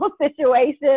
situation